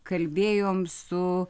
kalbėjom su